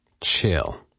Chill